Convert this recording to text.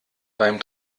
beim